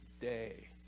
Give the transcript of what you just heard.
day